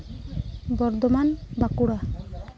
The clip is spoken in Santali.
ᱵᱚᱨᱫᱷᱚᱢᱟᱱ ᱵᱟᱸᱠᱩᱲᱟ